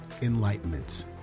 Enlightenment